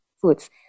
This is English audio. foods